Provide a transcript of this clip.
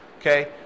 okay